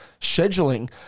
scheduling